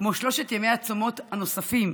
כמו שלושת ימי הצומות הנוספים,